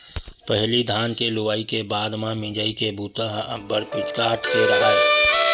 पहिली धान के लुवई के बाद म मिंजई के बूता ह अब्बड़ पिचकाट के राहय